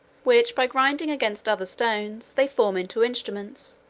which, by grinding against other stones, they form into instruments,